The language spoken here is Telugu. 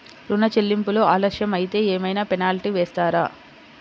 ఋణ చెల్లింపులు ఆలస్యం అయితే ఏమైన పెనాల్టీ వేస్తారా?